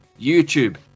YouTube